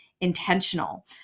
intentional